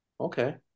Okay